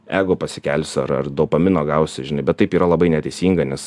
ego pasikelsiu ar ar dopamino gausiu žinai bet taip yra labai neteisinga nes